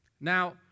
Now